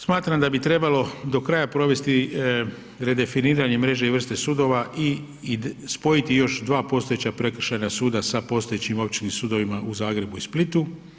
Smatram da bi trebalo do kraja provesti redefiniranje mreže i vrste sudova i spojiti još dva postojeća prekršajna suda sa postojećim općinskim sudovima u Zagrebu i Splitu.